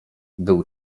był